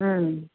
हम्म